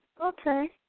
Okay